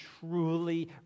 truly